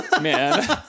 Man